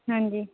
ਹਾਂਜੀ